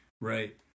Right